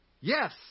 yes